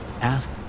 asked